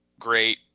great